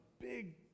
big